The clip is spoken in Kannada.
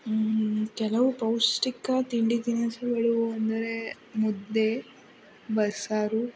ಕೆಲವು ಪೌಷ್ಠಿಕ ತಿಂಡಿ ತಿನಿಸುಗಳು ಅಂದರೆ ಮುದ್ದೆ ಬಸ್ಸಾರು